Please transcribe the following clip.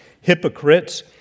hypocrites